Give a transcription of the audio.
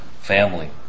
family